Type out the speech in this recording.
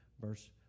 verse